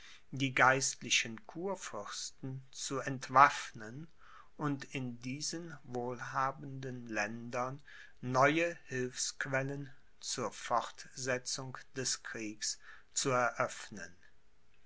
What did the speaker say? die geistlichen kurfürsten zu entwaffnen und in diesen wohlhabenden ländern neue hilfsquellen zur fortsetzung des kriegs zu eröffnen